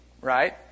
right